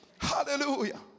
Hallelujah